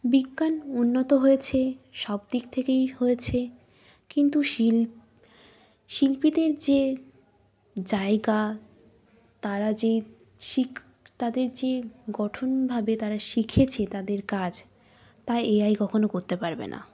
বিজ্ঞান উন্নত হয়েছে সব দিক থেকেই হয়েছে কিন্তু শিল শিল্পীদের যে জায়গা তারা যে শিখ তাদের যে গঠনভাবে তারা শিখেছে তাদের কাজ তা এ আই কখনও করতে পারবে না